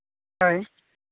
ᱦᱳᱭ